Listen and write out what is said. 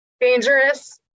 Dangerous